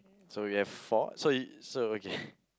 so we have four so y~ so okay